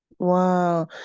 Wow